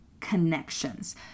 Connections